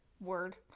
Word